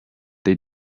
they